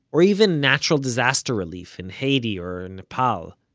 or even natural disaster relief in haiti or nepal.